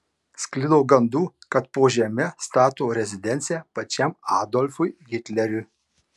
sklido gandų kad po žeme stato rezidenciją pačiam adolfui hitleriui